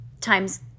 times